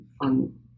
on